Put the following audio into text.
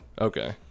Okay